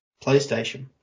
PlayStation